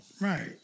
Right